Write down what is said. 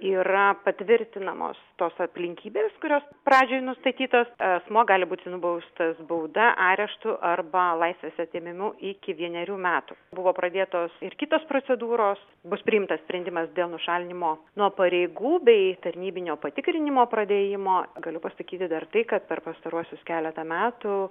yra patvirtinamos tos aplinkybės kurios pradžiai nustatytos asmuo gali būti nubaustas bauda areštu arba laisvės atėmimu iki vienerių metų buvo pradėtos ir kitos procedūros bus priimtas sprendimas dėl nušalinimo nuo pareigų bei tarnybinio patikrinimo pradėjimo galiu pasakyti dar tai kad per pastaruosius keletą metų